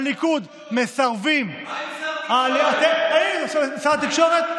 מה עם שר התקשורת?